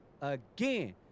again